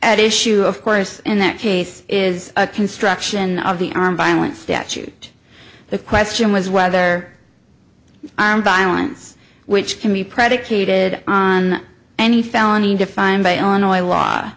at issue of course in that case is a construction of the armed violence statute the question was whether violence which can be predicated on any felony defined by on oil law